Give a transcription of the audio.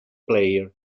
player